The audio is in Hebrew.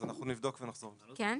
כן,